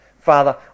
Father